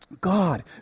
God